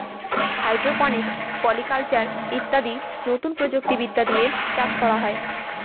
hydroponics, poly culture ইত্যাদি নতুন প্রযুক্তি বিদ্যা দিয়ে চাষ করা হয়